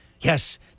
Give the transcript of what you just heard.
yes